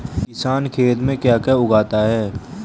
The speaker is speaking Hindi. किसान खेत में क्या क्या उगाता है?